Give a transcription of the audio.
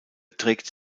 trägt